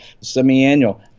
semi-annual